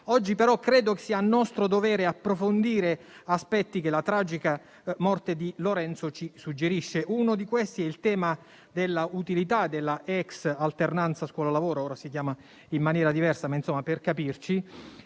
Oggi, però, credo che sia nostro dovere approfondire aspetti che la tragica morte di Lorenzo ci suggerisce: uno di questi è il tema della utilità della ex alternanza scuola-lavoro - ora si chiama in maniera diversa - o, come nel caso di